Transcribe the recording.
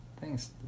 Thanks